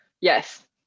Yes